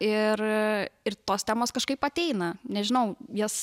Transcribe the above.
ir ir tos temos kažkaip ateina nežinau jas